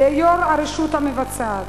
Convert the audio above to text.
ליו"ר הרשות המבצעת,